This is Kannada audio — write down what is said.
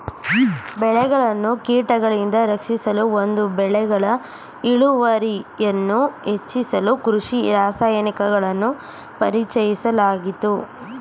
ಬೆಳೆಗಳನ್ನು ಕೀಟಗಳಿಂದ ರಕ್ಷಿಸಲು ಮತ್ತು ಬೆಳೆಗಳ ಇಳುವರಿಯನ್ನು ಹೆಚ್ಚಿಸಲು ಕೃಷಿ ರಾಸಾಯನಿಕಗಳನ್ನು ಪರಿಚಯಿಸಲಾಯಿತು